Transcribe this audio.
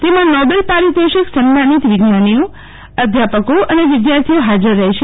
તમાં Nobel પારિતોષિક સન્માનિત વિજ્ઞાનિઓ અધ્યાપ કો અને વિદ્યાર્થિઓ હાજર રહશે